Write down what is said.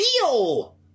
deal